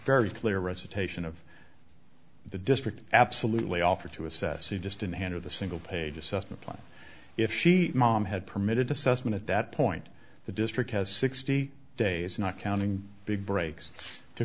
very clear recitation of the district absolutely offer to assess you just in hand of the single page assessment plan if she mom had permitted assessment at that point the district has sixty days not counting big breaks to